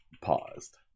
paused